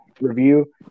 review